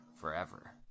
Forever